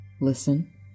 Listen